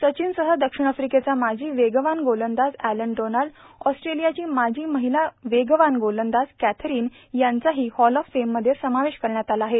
सचिनसह दक्षिण आफ्रिकेचा माजी वेगवान गोलंदाज एलन डोनाल्ड ऑस्ट्रेलियाची माजी महिला वेगवान गोलंदाज कॅथरीन यांचाही हॉल ऑफ फेममध्ये समावेश करण्यात आला आहे